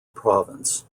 province